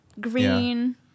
green